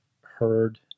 heard